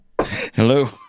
Hello